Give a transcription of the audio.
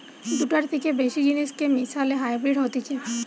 দুটার থেকে বেশি জিনিসকে মিশালে হাইব্রিড হতিছে